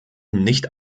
nicht